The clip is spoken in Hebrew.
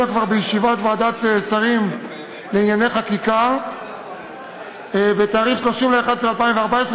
בישיבת ועדת שרים לענייני חקיקה בתאריך 30 בנובמבר 2014,